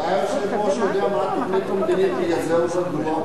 אולי היושב-ראש יודע מה התוכנית המדינית ובגלל זה הוא רגוע?